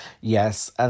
Yes